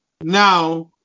Now